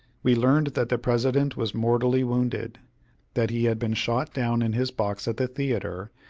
we learned that the president was mortally wounded that he had been shot down in his box at the theatre,